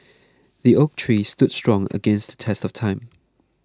the oak tree stood strong against the test of time